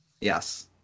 Yes